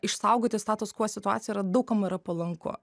išsaugoti status kuo situaciją yra daug kam yra palanku